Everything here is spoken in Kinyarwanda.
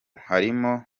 harimo